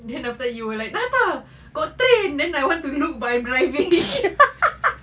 then after you were like nata got train then I want to look but I'm driving